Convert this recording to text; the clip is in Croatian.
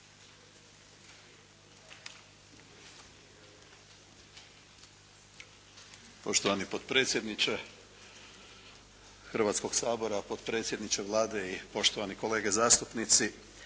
Poštovani potpredsjedniče Hrvatskog sabora, potpredsjedniče Vlade i poštovani kolege zastupnici.